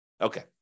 Okay